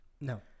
No